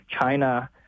China